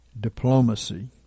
Diplomacy